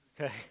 Okay